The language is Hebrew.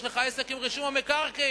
יש לך עסק עם רישום המקרקעין,